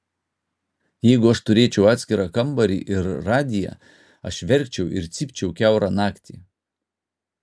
jeigu aš turėčiau atskirą kambarį ir radiją aš verkčiau ir cypčiau kiaurą naktį